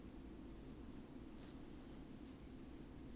orh 吃到吃到很肥 ah